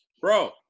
Bro